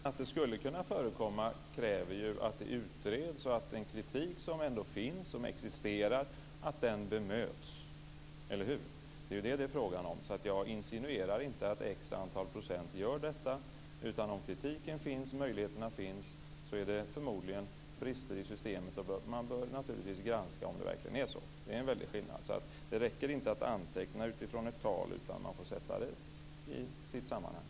Fru talman! Bara det faktum att det möjligen skulle kunna förekomma kräver att det utreds och att den kritik som ändå existerar bemöts, eller hur? Det är ju detta som det är fråga om. Jag insinuerar inte att ett visst antal procent gör detta, utan om kritiken/möjligheterna finns finns det förmodligen brister i systemet. Naturligtvis bör man granska om det är så. Där har vi en väldig skillnad. Det räcker alltså inte att anteckna utifrån ett tal, utan det får sättas in i sitt sammanhang.